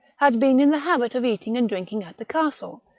had been in the habit of eating and drinking at the castle,